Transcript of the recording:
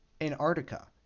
Antarctica